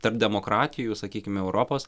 tarp demokratijų sakykim europos